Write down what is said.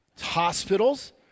Hospitals